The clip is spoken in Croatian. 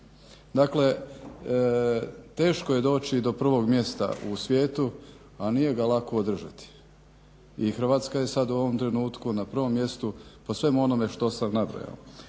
Dakle, teško je doći do prvog mjesta u svijetu a nije ga lako održati i Hrvatska je sad u ovom trenutku na prvom mjestu po svemu onome što sam nabrojao.